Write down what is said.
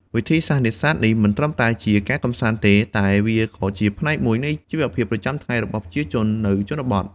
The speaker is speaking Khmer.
វិធីសាស្រ្តនេសាទនេះមិនត្រឹមតែជាការកម្សាន្តទេ តែវាក៏ជាផ្នែកមួយនៃជីវភាពប្រចាំថ្ងៃរបស់ប្រជាជននៅជនបទ។